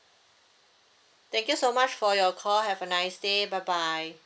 thank you so much for your call have a nice day bye bye